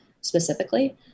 specifically